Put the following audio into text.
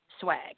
swag